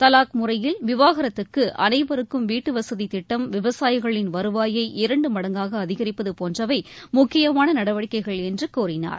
தவாக் முறையில் விவாகரத்துக்கு அனைவருக்கும் வீட்டுவசதி திட்டம் விவசாயிகளின் வருவாயை இரண்டு மடங்காக அதிகரிப்பது போன்றவை முக்கியமான நடவடிக்கைகள் என்று கூறினார்